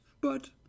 But—